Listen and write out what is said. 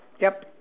yup